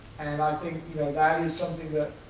and i think that is something that